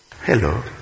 Hello